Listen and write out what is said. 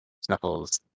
Snuffles